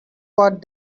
watt